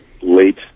late